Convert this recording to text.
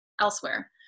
elsewhere